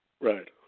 Right